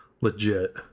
legit